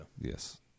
yes